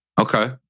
Okay